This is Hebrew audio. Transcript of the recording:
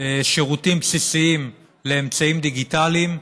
שירותים בסיסיים לאמצעים דיגיטליים,